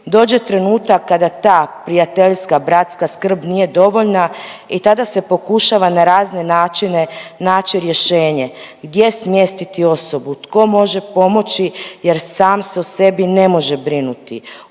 dođe trenutak kada ta prijateljska bratska skrb nije dovoljna i tada se pokušava na razne načine naći rješenje gdje smjestiti osobu, tko može pomoći jer sam se o sebi ne može brinuti,